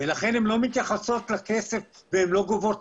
ולכן הן לא מתייחסות לכסף והן לא גובות.